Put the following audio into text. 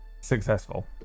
Successful